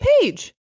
page